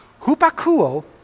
Hupakuo